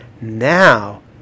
now